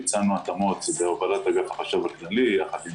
ביצענו התאמות בהובלת אגף החשב הכללי יחד עם